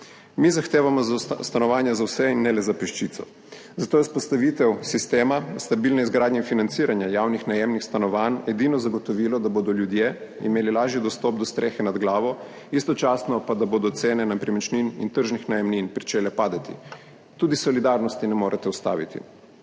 Mi zahtevamo stanovanja za vse in ne le za peščico, zato je vzpostavitev sistema stabilne izgradnje in financiranja javnih najemnih stanovanj edino zagotovilo, da bodo ljudje imeli lažji dostop do strehe nad glavo, istočasno pa, da bodo cene nepremičnin in tržnih najemnin pričele padati. Tudi solidarnosti ne morete ustaviti.